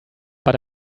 but